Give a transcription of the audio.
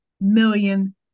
million